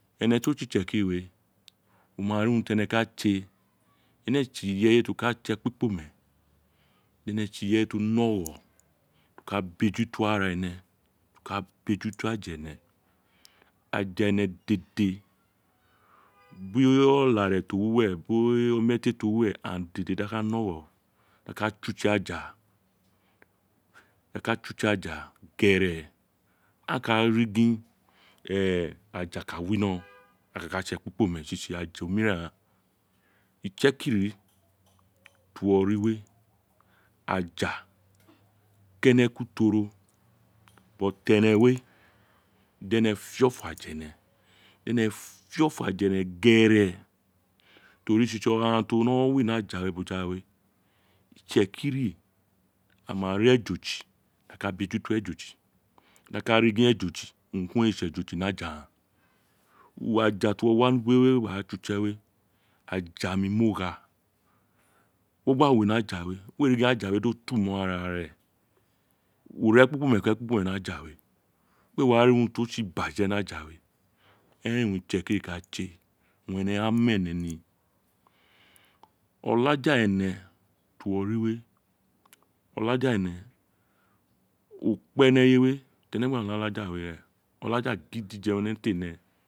Éne ti o tsi itseki ifi we wo ma ri urun tí end ka tse éne éè tsi ireye ti o ka tsi ekpi kpo di ene tsi irẹye tí o ka mu ọghẹ tí o ka bejuto ara ara éné ba bejuto aja énè aja ene dèdè bí ọlarẹ bí omabu dí agan ka mu ogho di agha katse utse ayá dí a ka tse utse aja gérè aa ka ri gin éè aja ka winó a kaka tse ekp kpome tsi tsi àjà omiren gháàn itse kiri tí uwo ri we aja kénè kuto téne ue di éné fi ofo aja ene gere to ri tsi tsi ogharan ti o no wo aja we boja we itsekiri a ma ri ejoji di a ka beju to ejoji di a ka ri gu ejoji urun ku urun ee tsi ejoji ní aja aghan uwo aja ti uwo wa ní ubo we wa tse utsi we ajamimoogha wo gba wi ni aja we we na gin aja we do tun ni uwo ara re wo wi ekp kpoma ki ekpi kpome ni afa we we wa ri urun ti o tsi ibaje ni aja we érèn urun ti itsi kiri ka tse owun e mi ene ní olaja ene ti uwo ri we olaja ene o kpe ni ẹyewe ti ẹnẹ gba no ọlaja we kpe ren olaja gidije ene te né